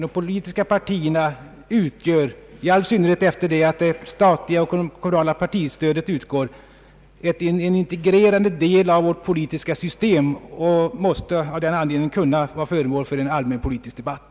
De politiska partierna utgör emellertid — i all synnerhet efter det att det statliga och kommunala partistödet kommit till — en integrerande del av vårt politiska system och måste av den anledningen kunna vara föremål för en allmän politisk debatt.